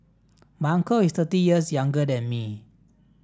my uncle is thirty years younger than me